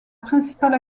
principale